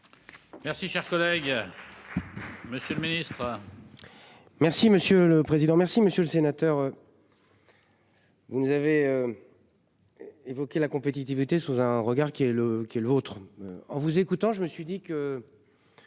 Merci cher collègue. Monsieur le Ministre. Merci monsieur le président. Merci monsieur le sénateur. Vous avez. Évoqué la compétitivité sous un regard qui est le qui est le vôtre, en vous écoutant, je me suis dit que.